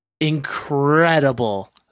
incredible